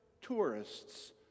tourists